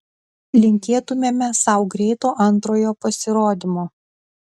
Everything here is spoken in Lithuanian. linkėtumėme sau greito antrojo pasirodymo